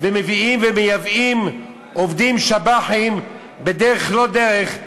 ומביאים ומייבאים עובדים שב"חים בדרך-לא-דרך,